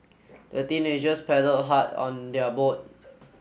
the teenagers paddled hard on their boat